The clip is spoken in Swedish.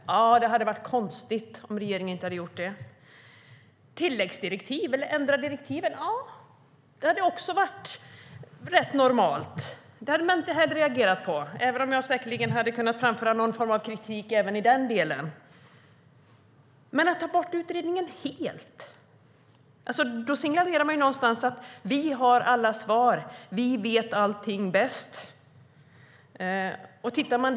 Det hade varit konstigt om regeringen inte hade bytt utredare. Att ge tilläggsdirektiv eller ändra direktiven hade också varit normalt. Det hade jag inte heller reagerat på, även om jag säkerligen hade kunnat framföra någon form av kritik även i den delen. Men när man lägger ned utredningen helt signalerar man att man har alla svar och vet bäst.